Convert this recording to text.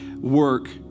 work